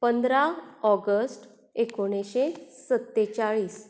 पंदरा ऑगस्ट एकोणिशें सत्तेचाळीस